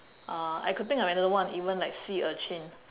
uh I could think of another one even like sea urchin